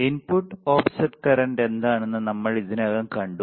input offset current എന്താണെന്ന് നമ്മൾ ഇതിനകം കണ്ടു